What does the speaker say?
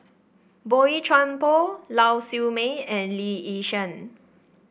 Boey Chuan Poh Lau Siew Mei and Lee Yi Shyan